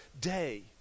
day